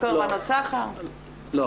לא,